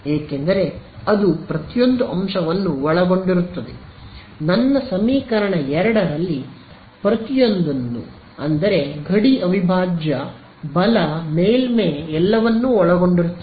ಏಕೆಂದರೆ ಅದು ಪ್ರತಿಯೊಂದು ಅಂಶವನ್ನು ಒಳಗೊಂಡಿರುತ್ತದೆ ನನ್ನ ಸಮೀಕರಣ 2 ರಲ್ಲಿ ಪ್ರತಿಯೊಂದನ್ನು ಅಂದರೆ ಗಡಿ ಅವಿಭಾಜ್ಯ ಬಲ ಮೇಲ್ಮೈ ಎಲ್ಲವನ್ನೂ ಒಳಗೊಂಡಿರುತ್ತದೆ